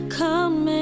come